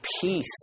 peace